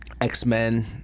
X-Men